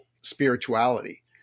spirituality